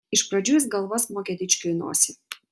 iš pradžių jis galva smogė dičkiui į nosį